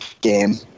game